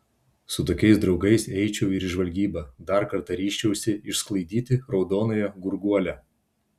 su tokiais draugais eičiau ir į žvalgybą dar kartą ryžčiausi išsklaidyti raudonąją gurguolę